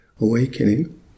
awakening